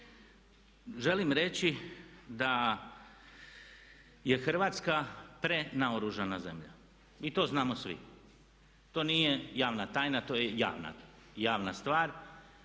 želim reći da je Hrvatska prenaoružana zemlja i to znamo svi, to nije javna tajna, to je javna stvar.